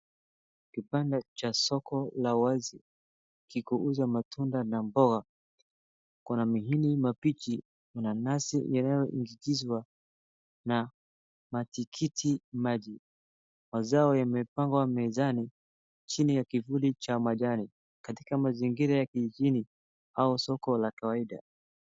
Kibanda cha soko la wazi kikiuza matunda na mboga. Kuna mahindi mambichi, kuna nanasi iliyoindikizwa na matikitimaji. Mazao yamepangwa mezani chini ya kivuli cha majani katika mazingiora ya kijijini au soko la kawaida.